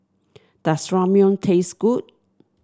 does Ramyeon taste good